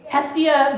Hestia